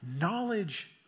Knowledge